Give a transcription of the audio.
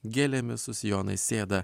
gėlėmis su sijonais sėda